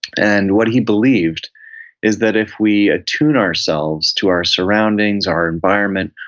and what he believed is that if we attune ourselves to our surroundings, our environment,